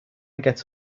get